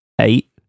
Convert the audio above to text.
eight